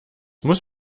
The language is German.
muss